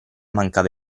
mancava